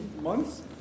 months